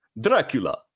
Dracula